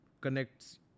connects